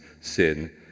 sin